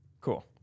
Cool